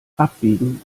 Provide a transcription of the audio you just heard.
abwiegen